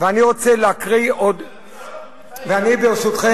זה לא פייר גאלב מג'אדלה,